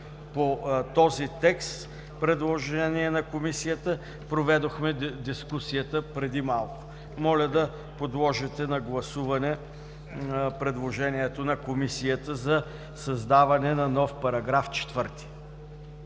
по този текст – предложение на Комисията, проведохме дискусията преди малко. Моля да подложите на гласуване предложението на Комисията за създаване на нов § 4.